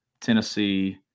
Tennessee